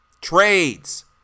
Trades